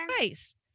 nice